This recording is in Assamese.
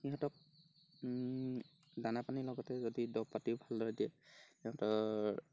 সিহঁতক দানা পানীৰ লগতে যদি দৰৱ পাতিও ভালদৰে দিয়ে সিহঁতৰ